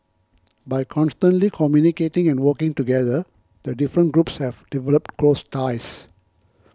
by constantly communicating and working together the different groups have developed close ties